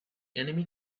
enemy